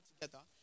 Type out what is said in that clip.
together